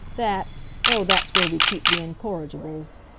that oh, that's where we keep the incorrigibles.